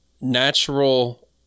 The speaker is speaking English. natural